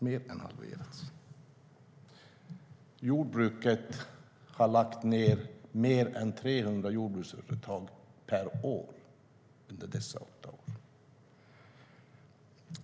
Mer än 300 jordbruksföretag har lagts ned per år under dessa åtta år.